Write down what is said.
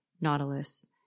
nautilus